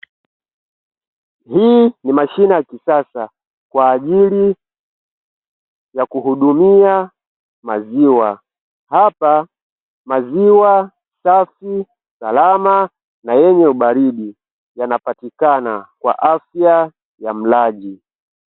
Hii niashine ya kisasa kwa ajili ya kuhudumia maziwa, hapa maziwa safi, salama na yenye ubaridi yanapatikana kwa afya ya mlaji.